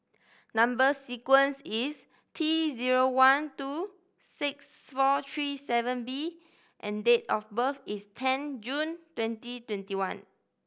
number sequence is T zero one two six four three seven B and date of birth is ten June twenty twenty one